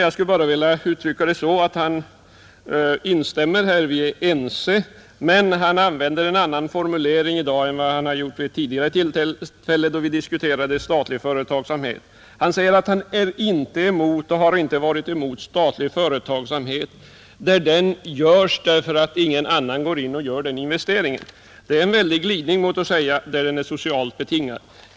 Jag skulle vilja utrycka det så att vi är ense, men han använder en annan formulering i dag än vad han har gjort vid tidigare tillfällen då vi diskuterat statlig företagsamhet. Han säger att han är inte och har inte varit emot statlig företagsamhet där ingen annan går in och gör investeringen. Det är en väldig glidning gentemot att säga att det skall vara socialt betingat.